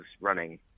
running